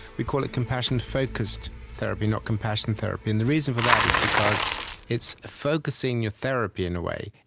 we call it compassion focused therapy, not compassion therapy, and the reason for that is because it's focusing your therapy, in a way.